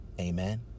Amen